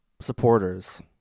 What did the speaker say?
supporters